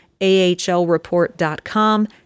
ahlreport.com